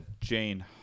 Jane